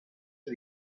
que